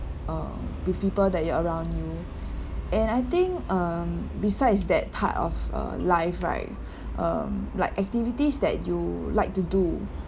uh with people that you around you and I think um besides that part of a life right um like activities that you like to do